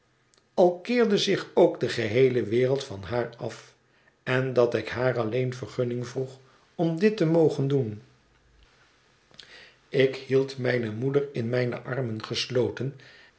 al keerde zich ook de geheele wereld van haar af en dat ik haar alleen vergunning vroeg om dit te mogen doen ik hield mijne moeder in mijne armen gesloten